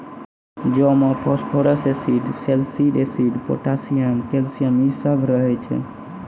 जौ मे phosphorus acid, सैलसिड एसिड, पोटाशियम, कैल्शियम इ सभ रहै छै